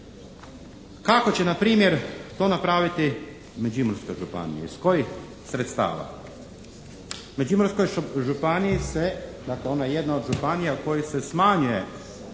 Kako će npr. to napraviti Međimurska županija? Iz kojih sredstava? U Međimurskoj županiji se, dakle ona je jedna od županija u kojoj se smanjuje